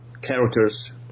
characters